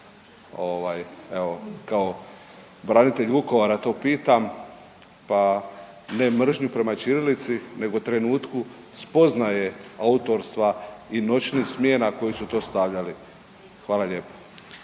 kao branitelj Vukovara to pitam pa ne mržnju prema ćirilici nego trenutku spoznaje autorstva i noćnih smjena koji su to stavljali. Hvala lijepo.